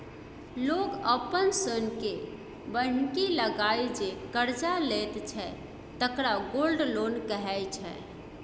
लोक अपन सोनकेँ बन्हकी लगाए जे करजा लैत छै तकरा गोल्ड लोन कहै छै